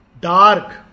dark